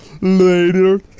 later